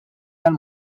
għal